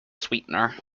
sweetener